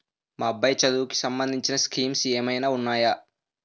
మా అబ్బాయి చదువుకి సంబందించిన స్కీమ్స్ ఏమైనా ఉన్నాయా?